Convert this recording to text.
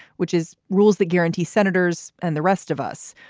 which is rules that guarantee senators and the rest of us.